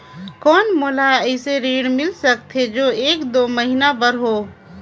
कौन मोला अइसे ऋण मिल सकथे जो एक दो महीना बर हो?